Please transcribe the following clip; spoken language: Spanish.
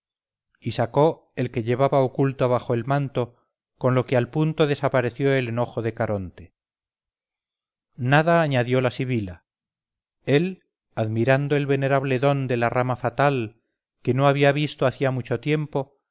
y sacó el que llevaba oculto bajo el manto con lo que al punto desapareció el enojo de caronte nada añadió la sibila él admirando el venerable don de la rama fatal que no había visto hacía mucho tiempo